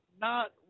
not-